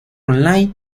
online